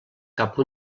cap